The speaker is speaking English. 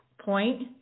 point